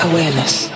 Awareness